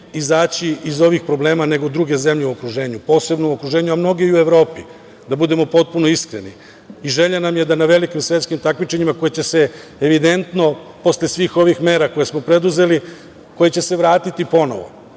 iz ovih problema nego druge zemlje u okruženju, posebno u okruženju, a mnoge i u Evropi, da budemo potpuno iskreni. Želja nam je da na velikim svetskim takmičenjima koja će se evidentno posle svih ovih mera koje smo preduzeli vratiti ponovo.